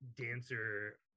dancer